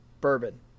bourbon